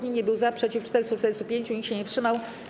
Nikt nie był za, przeciw - 445, nikt się nie wstrzymał.